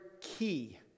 key